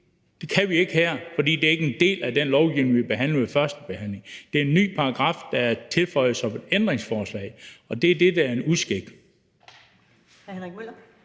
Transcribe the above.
Det kan vi ikke her, fordi det ikke er en del af den lovgivning, vi behandlede ved førstebehandlingen. Det er en ny paragraf, der er tilføjet som et ændringsforslag, og det er det, der er en uskik.